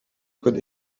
could